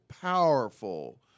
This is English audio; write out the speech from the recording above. powerful